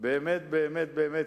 באמת באמת באמת,